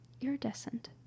Iridescent